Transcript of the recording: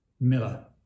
Miller